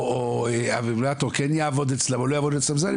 או הדפיברילטור כן יעבוד אצלם או לא יעבוד אצלם,